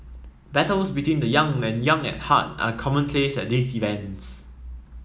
battles between the young and young at heart are commonplace at these events